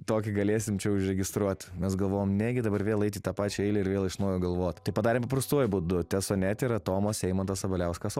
tokį galėsim čia užregistruot mes galvojom negi dabar vėl eit į tą pačią eilę ir vėl iš naujo galvot tai padarėm prastuoju būdu tesonet yra tomas eimantas sabaliauskas